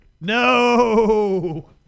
No